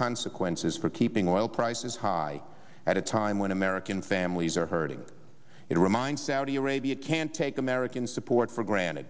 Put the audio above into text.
consequences for keeping oil prices high at a time when american families are hurting it reminds saudi arabia can take american support for granted